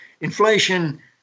inflation